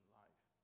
life